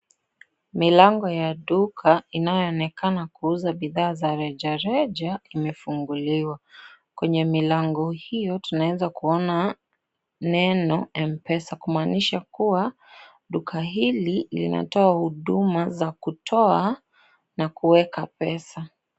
Milango ya duka inayoonekana kuuza bidhaa za rejareja imefunguliwa. Kwenye milango hiyo tunaweza kuona neno Mpesa kumaanisha kuwa duka hili linatoa huduma za kutoa na kuweka pesa.